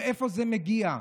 מאיפה זה מגיע?